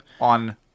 on